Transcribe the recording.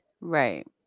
Right